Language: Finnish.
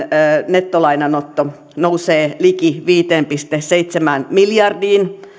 nettolainanotto nousee liki viiteen pilkku seitsemään miljardiin